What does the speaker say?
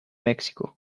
mexico